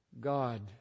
God